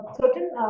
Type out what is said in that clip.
certain